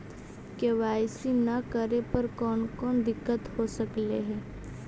KYC न करे पर कौन कौन दिक्कत हो सकले हे?